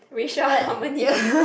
racial harmony